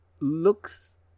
looks